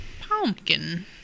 Pumpkin